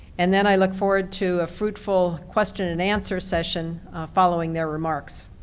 and then i look forward to a fruitful question and answer session following their remarks.